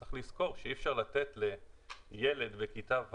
צריך לזכור שאי אפשר לתת לילד בכיתה ו'